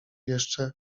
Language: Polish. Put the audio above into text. jeszcze